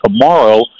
tomorrow